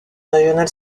régional